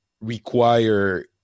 require